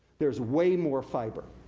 there's way more fiber.